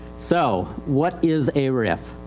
so, what is a rif?